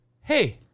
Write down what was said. hey